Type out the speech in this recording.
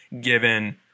given